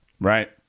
Right